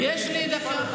יש לי דקה.